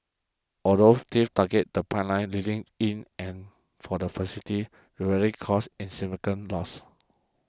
although thieves targeted the pipelines leading in and for the facility rarely caused insignificant loss